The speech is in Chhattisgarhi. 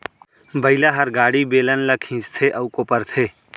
बइला हर गाड़ी, बेलन ल खींचथे अउ कोपरथे